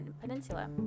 peninsula